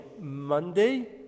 Monday